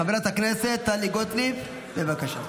חברת הכנסת טלי גוטליב, בבקשה.